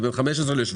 זה בין 15 ל-17.